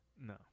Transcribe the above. No